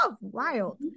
Wild